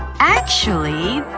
actually,